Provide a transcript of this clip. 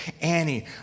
Annie